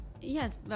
Yes